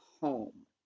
home